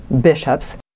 bishops